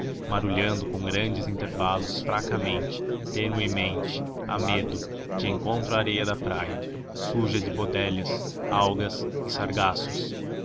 marulhando com grandes intervalos fracamente tenuemente a medo de encontro à areia da praia suja de bodelhas algas e